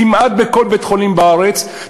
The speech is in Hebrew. כמעט בכל בית-חולים בארץ,